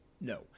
no